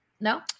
No